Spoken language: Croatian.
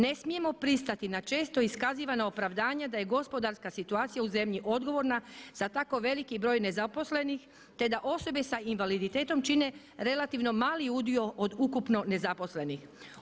Ne smijemo pristati na često iskazivana opravdanja da je gospodarska situacija u zemlji odgovorna za tako veliki broj nezaposlenih te da osobe s invaliditetom čine relativno mali udio od ukupno nezaposlenih.